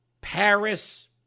Paris